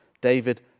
David